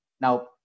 Now